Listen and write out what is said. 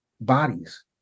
bodies